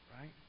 right